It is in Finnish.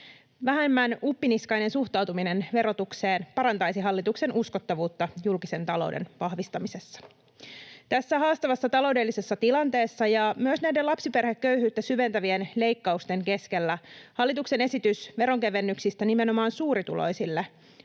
Vähemmän uppiniskainen suhtautuminen verotukseen parantaisi hallituksen uskottavuutta julkisen talouden vahvistamisessa. Tässä haastavassa taloudellisessa tilanteessa ja myös näiden lapsiperheköyhyyttä syventävien leikkausten keskellä hallituksen esitys veronkevennyksistä nimenomaan suurituloisille